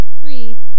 free